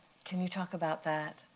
can you talk about that?